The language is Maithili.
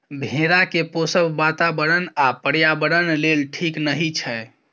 भेड़ा केँ पोसब बाताबरण आ पर्यावरण लेल ठीक नहि छै